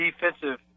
defensive